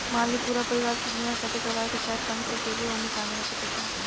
मान ली पूरा परिवार के बीमाँ साथे करवाए के चाहत बानी त के के ओमे शामिल हो सकत बा?